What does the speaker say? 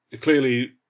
clearly